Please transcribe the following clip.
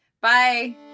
Bye